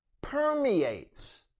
permeates